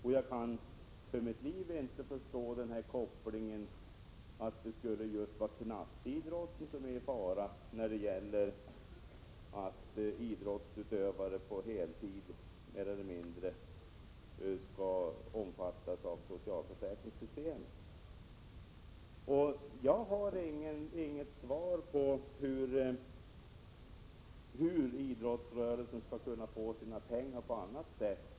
Och jag kan för mitt liv inte förstå den koppling man gör när man säger att det skulle vara just knatteidrotten som är i fara när människor som mer eller mindre på heltid utövar idrott skall omfattas av socialförsäkringssystemet. Jag har inget svar på frågan om hur idrottsrörelsen skall kunna få sina pengar på annat sätt.